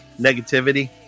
negativity